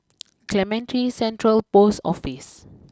Clementi Central post Office